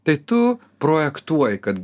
tai tu projektuoji kad